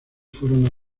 fueron